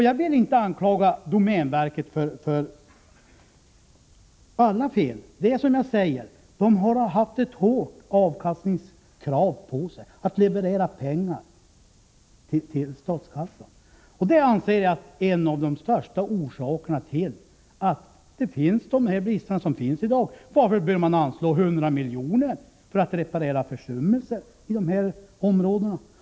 Jag vill inte anklaga domänverket för alla fel. Det är som jag säger: domänverket har haft ett hårt avkastningskrav på sig och krav på att leverera pengar till statskassan. Det anser jag vara en av de största orsakerna till de brister som finns i dag. Varför behöver man annars anslå 100 milj.kr. för att reparera försummelser i de här områdena?